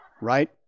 right